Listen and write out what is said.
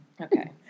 Okay